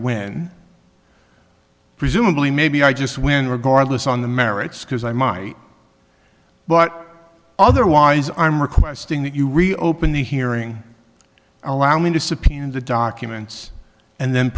win presumably maybe i just win regardless on the merits because i might but otherwise i'm requesting that you reopen the hearing allow me to subpoena the documents and then